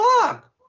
fuck